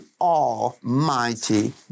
almighty